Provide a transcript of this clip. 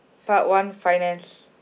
part one finance